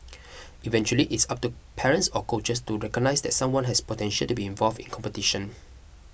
eventually it's up to parents or coaches to recognise that someone has potential to be involved in competition